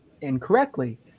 incorrectly